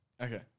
Okay